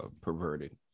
perverted